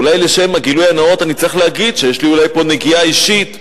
אולי לשם הגילוי הנאות אני צריך להגיד שיש לי פה אולי נגיעה אישית,